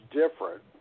different